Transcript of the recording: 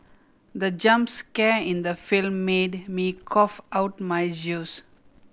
the jump scare in the film made me cough out my juice